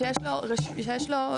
שיש לו תיעוד היסטורי.